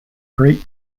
great